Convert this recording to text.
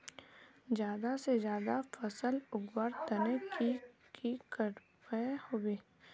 ज्यादा से ज्यादा फसल उगवार तने की की करबय होबे?